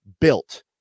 built